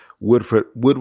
Woodford